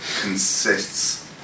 consists